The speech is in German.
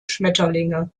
schmetterlinge